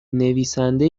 نویسنده